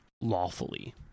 lawfully